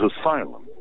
asylum